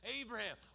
Abraham